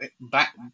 back